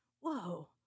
Whoa